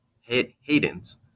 Hayden's